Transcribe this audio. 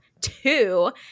two